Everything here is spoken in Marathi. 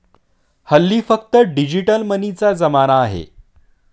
हल्ली फक्त डिजिटल मनीचा जमाना आहे